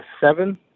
seven